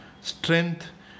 strength